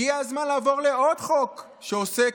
הגיע הזמן לעבור לעוד חוק שעוסק,